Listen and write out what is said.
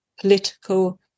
political